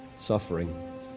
suffering